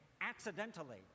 accidentally